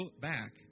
back